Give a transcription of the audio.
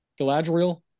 Galadriel